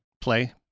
play